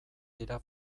dira